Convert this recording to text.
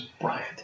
Bryant